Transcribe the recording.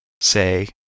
Say